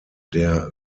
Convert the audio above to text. der